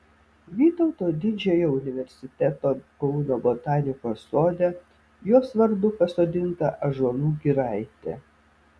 vytauto didžiojo universiteto kauno botanikos sode jos vardu pasodinta ąžuolų giraitė